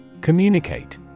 Communicate